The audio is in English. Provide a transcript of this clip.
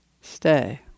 Stay